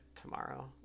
tomorrow